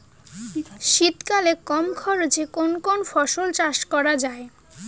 শীতকালে কম খরচে কোন কোন ফুল চাষ করা য়ায়?